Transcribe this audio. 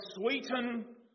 sweeten